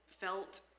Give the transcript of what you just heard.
felt